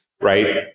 right